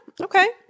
okay